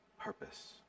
purpose